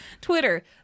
Twitter